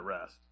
rest